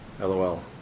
LOL